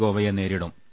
C ഗോവയെ നേരിടും